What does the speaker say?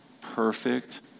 perfect